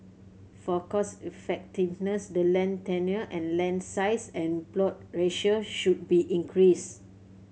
for cost effectiveness the land tenure and land size and plot ratio should be increased